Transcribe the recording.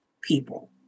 people